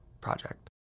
project